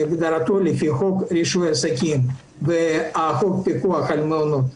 כהגדרתו לפי חוק רישוי עסקים וחוק פיקוח על מעונות,